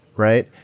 right?